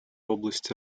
области